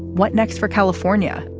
what next for california.